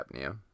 apnea